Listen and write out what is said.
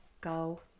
go